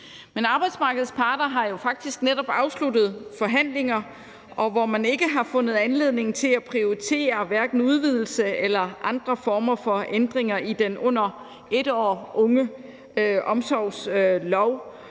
Men arbejdsmarkedets parter har jo faktisk netop afsluttet forhandlinger, hvor man hverken har fundet anledning til at prioritere udvidelse eller andre former for ændringer i den under et år unge omsorgslov.